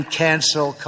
cancel